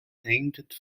painted